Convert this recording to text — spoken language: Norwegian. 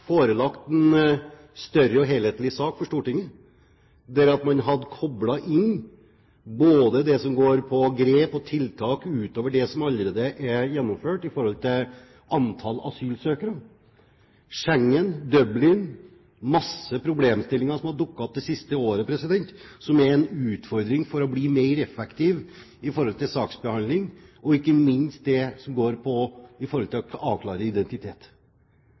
forelagt en større og helhetlig sak for Stortinget, der man hadde koblet inn det som går på grep og tiltak utover det som allerede er gjennomført i forhold til antall asylsøkere. Schengen, Dublin – det er mange problemstillinger som har dukket opp det siste året, som er en utfordring for å bli mer effektiv i saksbehandlingen. Ikke minst gjelder det det som går på å avklare identitet.